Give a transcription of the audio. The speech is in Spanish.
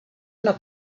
una